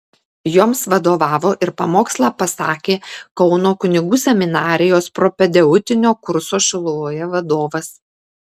joms vadovavo ir pamokslą pasakė kauno kunigų seminarijos propedeutinio kurso šiluvoje vadovas